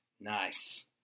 Nice